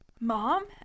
Mom